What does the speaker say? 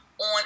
on